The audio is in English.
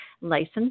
licensed